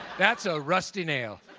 that's a rusty nail.